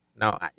no